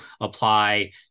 apply